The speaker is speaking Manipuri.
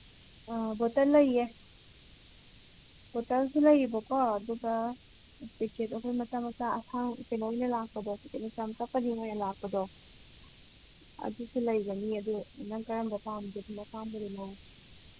ꯑꯥ ꯕꯣꯇꯜ ꯂꯩꯌꯦ ꯕꯣꯇꯜꯁꯨ ꯂꯩꯕꯀꯣ ꯑꯗꯨꯒ ꯄꯤꯀꯦꯠ ꯑꯩꯈꯣꯏ ꯃꯆꯥ ꯃꯆꯥ ꯀꯩꯅꯣ ꯑꯣꯏꯅ ꯂꯥꯛꯄꯗꯣ ꯄꯤꯀꯦꯠ ꯃꯆꯥ ꯃꯆꯥ ꯄꯔꯦꯡ ꯑꯣꯏꯅ ꯂꯥꯛꯄꯗꯣ ꯑꯗꯨꯁꯨ ꯂꯩꯒꯅꯤ ꯑꯗꯨ ꯅꯪ ꯀꯔꯝꯕ ꯄꯥꯝꯒꯦ ꯑꯗꯨꯝ ꯑꯄꯥꯝꯕꯗꯨ ꯂꯧ